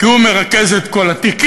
כי הוא מרכז את כל התיקים,